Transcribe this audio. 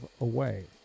away